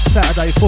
Saturday